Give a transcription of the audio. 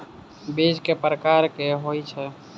बीज केँ प्रकार कऽ होइ छै?